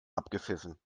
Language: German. abgepfiffen